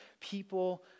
people